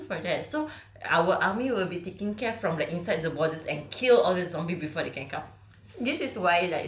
but ya we got army for that so our army will be taking care from the inside the borders and kill all the zombies before they can come